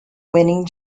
winning